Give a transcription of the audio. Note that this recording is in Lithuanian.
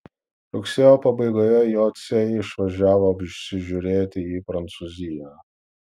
rugsėjo pabaigoje jociai išvažiavo apsižiūrėti į prancūziją